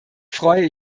freue